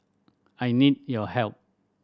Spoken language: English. I need your help